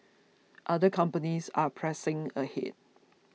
other companies are pressing ahead